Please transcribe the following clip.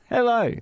Hello